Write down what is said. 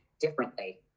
differently